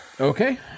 Okay